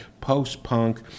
post-punk